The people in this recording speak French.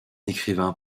écrivain